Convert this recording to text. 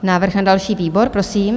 Návrh na další výbor, prosím.